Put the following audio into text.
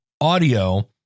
audio